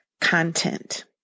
content